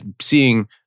seeing